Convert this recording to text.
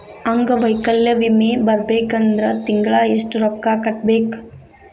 ಅಂಗ್ವೈಕಲ್ಯ ವಿಮೆ ಬರ್ಬೇಕಂದ್ರ ತಿಂಗ್ಳಾ ಯೆಷ್ಟ್ ರೊಕ್ಕಾ ಕಟ್ಟ್ಬೇಕ್?